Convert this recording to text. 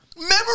Memory